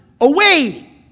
away